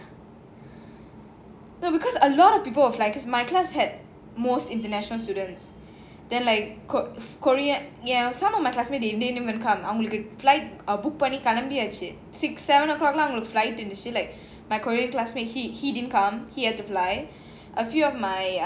no because a lot of people had to fly my class had most international students then like kore~ korean yeah some of my classmate they didn't even come six seven o'clock my korean classmate he he didn't come he had to fly a few of my err